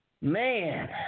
Man